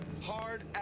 Hard